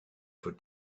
for